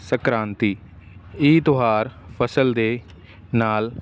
ਸ਼ਕਰਾਂਤੀ ਇਹ ਤਿਉਹਾਰ ਫ਼ਸਲ ਦੇ ਨਾਲ